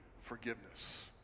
forgiveness